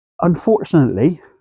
Unfortunately